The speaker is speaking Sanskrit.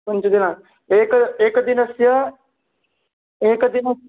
पञ्च दिनं एकम् एकदिनस्य एकदिनम्